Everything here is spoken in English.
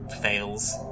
fails